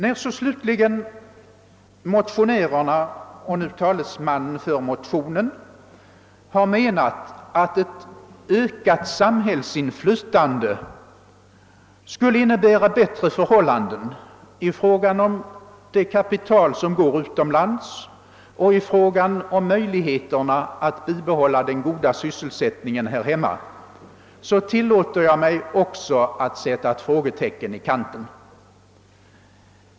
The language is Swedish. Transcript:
När så slutligen motionärerna och deras talesman i kammaren hävdar att ett ökat samhällsinflytande skulle 1leda till bättre förhållanden i fråga om det kapital som går utomlands och i fråga om möjligheterna att bibehålla god sysselsättning här hemma, tillåter jag mig att sätta ett frågetecken i kanten.